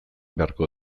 beharko